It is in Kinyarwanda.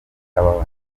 abaho